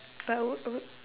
but I would I would